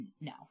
no